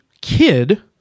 kid